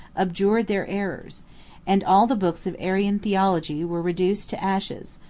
abjured their errors and all the books of arian theology were reduced to ashes,